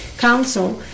council